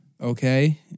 Okay